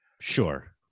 Sure